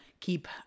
keep